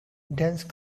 dense